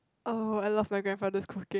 oh I love my grandfather's cooking